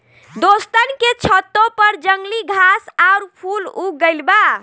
दोस्तन के छतों पर जंगली घास आउर फूल उग गइल बा